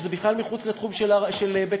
כשזה בכלל מחוץ לתחום של בית-המקדש.